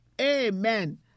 Amen